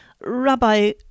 Rabbi